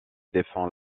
défend